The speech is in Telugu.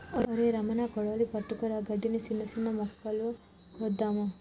ఒరై రమణ కొడవలి పట్టుకురా గడ్డిని, సిన్న సిన్న మొక్కలు కోద్దాము